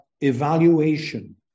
evaluation